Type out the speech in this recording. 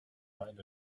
island